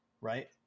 right